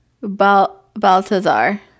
Baltazar